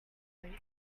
grapes